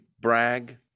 brag